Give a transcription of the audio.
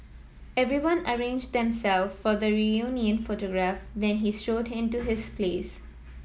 everyone arranged them self for the reunion photograph then he strode in to his place